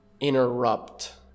interrupt